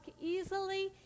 easily